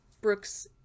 Brooks